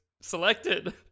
selected